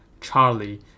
Charlie